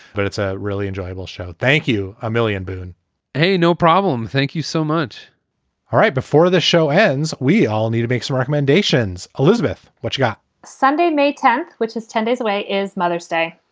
but it's a really enjoyable show. thank you. a million, boone hey, no problem. thank you so much all right. before the show ends, we all need to make some recommendations elizabeth, what you got sunday, may tenth, which is ten days away, is mother's day.